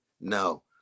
No